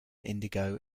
indigo